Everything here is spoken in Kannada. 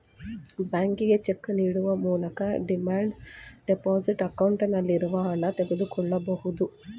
ಬ್ಯಾಂಕಿಗೆ ಚೆಕ್ ನೀಡುವ ಮೂಲಕ ನಮ್ಮ ಡಿಮ್ಯಾಂಡ್ ಡೆಪೋಸಿಟ್ ಅಕೌಂಟ್ ನಲ್ಲಿರುವ ಹಣ ಪಡೆದುಕೊಳ್ಳಬಹುದು